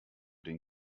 den